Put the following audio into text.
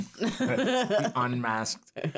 Unmasked